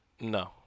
No